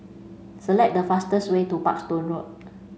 select the fastest way to Parkstone Road